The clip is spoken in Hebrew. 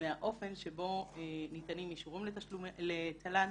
מהאופן שבו ניתנים אישורים לתל"ן.